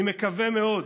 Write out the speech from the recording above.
אני מקווה מאוד,